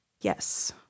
Yes